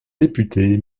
député